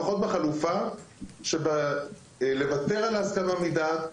של לוותר על ההסכמה מדעת.